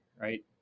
right